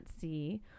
see